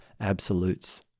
absolutes